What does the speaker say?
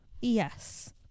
Yes